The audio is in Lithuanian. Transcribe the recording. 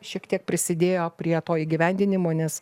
šiek tiek prisidėjo prie to įgyvendinimo nes